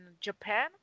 Japan